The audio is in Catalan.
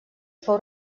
fou